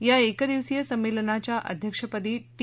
या एक दिवसीय संमेलनाच्या अध्यक्षपदी टी